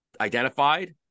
identified